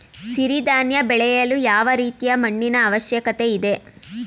ಸಿರಿ ಧಾನ್ಯ ಬೆಳೆಯಲು ಯಾವ ರೀತಿಯ ಮಣ್ಣಿನ ಅವಶ್ಯಕತೆ ಇದೆ?